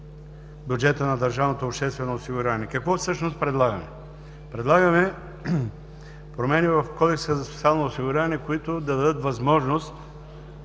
бюджета на държавното обществено осигуряване. Какво всъщност предлагаме? Предлагаме промени в Кодекса за социално осигуряване, които да дадат възможност